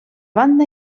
banda